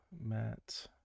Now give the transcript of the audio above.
Matt